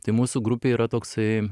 tai mūsų grupėj yra toksai